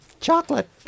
Chocolate